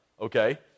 okay